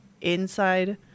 inside